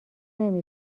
نمی